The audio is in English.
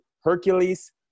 Hercules